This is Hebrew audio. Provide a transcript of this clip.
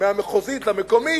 מהמחוזית למקומית,